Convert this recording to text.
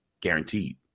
guaranteed